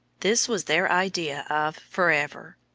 this was their idea of for ever.